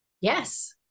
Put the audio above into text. Yes